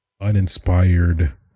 uninspired